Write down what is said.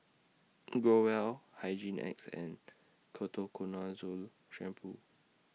Growell Hygin X and Ketoconazole Shampoo